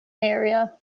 area